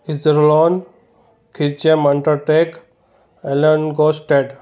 इज़रलॉन खिचरमॉन्टरटेक एलन गॉस्टेड